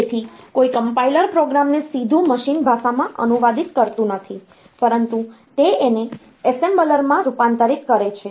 તેથી કોઈ કમ્પાઈલર પ્રોગ્રામને સીધું મશીન ભાષામાં અનુવાદિત કરતું નથી પરંતુ તે તેને એસેમ્બલરમાં રૂપાંતરિત કરે છે